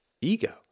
ego